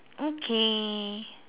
okay